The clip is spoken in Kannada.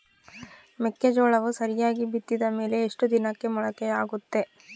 ಮೆಕ್ಕೆಜೋಳವು ಸರಿಯಾಗಿ ಬಿತ್ತಿದ ಮೇಲೆ ಎಷ್ಟು ದಿನಕ್ಕೆ ಮೊಳಕೆಯಾಗುತ್ತೆ?